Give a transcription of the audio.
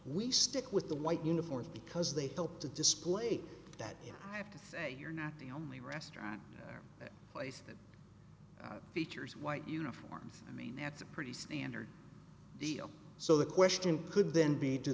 we stick with the white uniforms because they built a display that you have to say you're not the only restaurant or place that features white uniforms i mean that's a pretty standard deal so the question could then be do